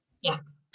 Yes